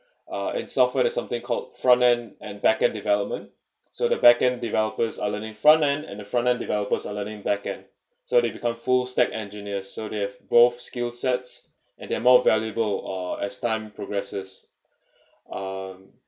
uh and software to something called front-end and back-end development so the back-end developers are learning front-end and the front-end developers are leading back-end so they become full stack engineer so they have both skillsets and they are more valuable or as time progresses um